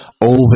over